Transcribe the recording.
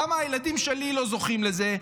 למה הילדים שלי לא זוכים לזה?